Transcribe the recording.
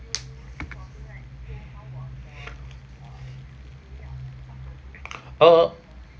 uh